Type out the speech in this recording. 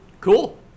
cool